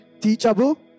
teachable